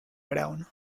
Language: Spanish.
brown